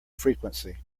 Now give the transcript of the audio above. frequency